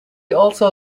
also